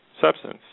substance